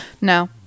No